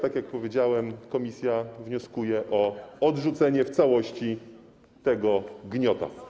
Tak jak powiedziałem, komisja wnioskuje o odrzucenie w całości tego gniota.